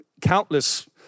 countless